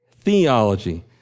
theology